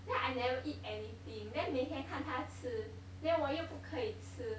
I never eat anything then 每天看她吃 then 我又不可以吃